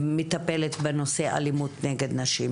מטפלת בנושא אלימות נגד נשים.